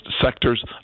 sectors